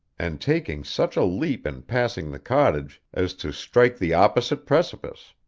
and taking such a leap in passing the cottage as to strike the opposite precipice.